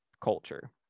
culture